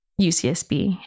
UCSB